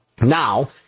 Now